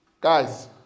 Guys